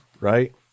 right